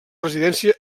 residència